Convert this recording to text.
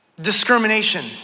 discrimination